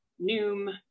Noom